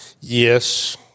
Yes